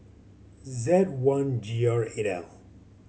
Z one G R eight L